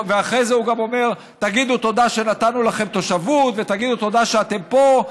אחרי זה הוא גם אומר: תגידו תודה שנתנו לכם תושבות ותגידו תודה שאתם פה.